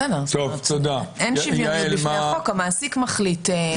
בסדר, אין שוויוניות בפני החוק, המעסיק מחליט.